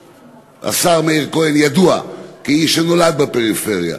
השר מאיר כהן ידוע כאיש שנולד בפריפריה,